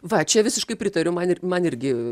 va čia visiškai pritariu man ir man irgi